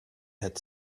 had